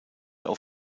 auf